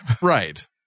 Right